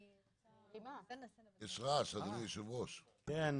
שהייתה אז דרישה בוועדה שתהיה הצגה